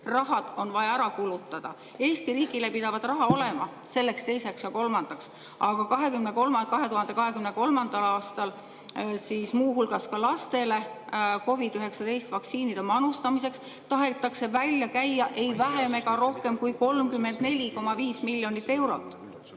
raha on vaja ära kulutada." Eesti riigil ei pidanud raha olema selleks, teiseks ja kolmandaks, aga 2023. aastal muu hulgas ka lastele COVID-19 vaktsiinide manustamiseks tahetakse välja käia ei vähem ega rohkem kui 34,5 miljonit eurot.